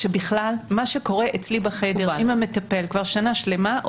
מה שקורה אצלי בחדר עם המטפל כבר שנה שלמה,